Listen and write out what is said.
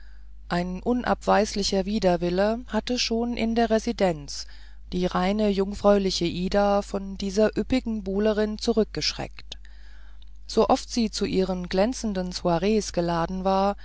ein unabweislicher widerwille hatte schon in der residenz die reine jungfräuliche ida von dieser üppigen buhlerin zurückgeschreckt so oft sie zu ihren glänzenden soirees geladen war